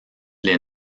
les